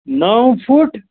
نو foot